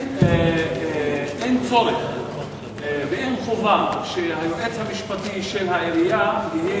אין צורך ואין חובה שהיועץ המשפטי של העירייה יהיה